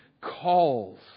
calls